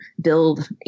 build